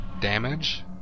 damage